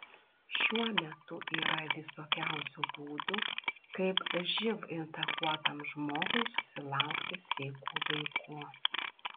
šiuo metu yra visokių būdų kaip živ infekuotam žmogui susilaukti sveikų vaikų